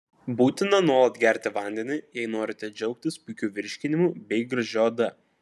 būtina nuolat gerti vandenį jei norite džiaugtis puikiu virškinimu bei gražia oda